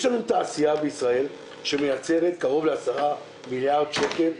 יש לנו תעשייה בישראל שמייצרת קרוב ל-10 מיליארד שקל,